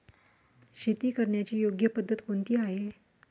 शेती करण्याची योग्य पद्धत कोणती आहे?